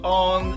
on